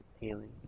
healing